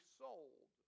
sold